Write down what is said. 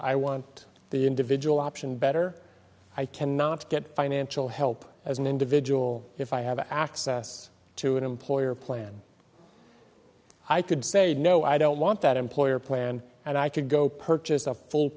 i want the individual option better i cannot get financial help as an individual if i have access to an employer plan i could say no i don't want that employer plan and i could go purchase a full